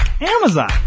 Amazon